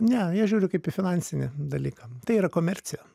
ne jie žiūri kaip į finansinį dalyką tai yra komercija